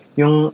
yung